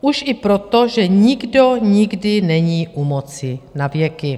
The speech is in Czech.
Už i proto, že nikdo nikdy není u moci navěky.